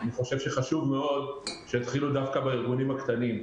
אני חושב שחשוב מאוד שיתחילו דווקא בארגונים הקטנים.